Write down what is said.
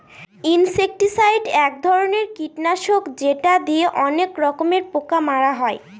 insecticide এক ধরনের কীটনাশক যেটা দিয়ে অনেক রকমের পোকা মারা হয়